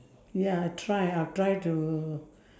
ya I'll try I'll try to